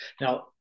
Now